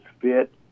fit